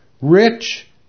rich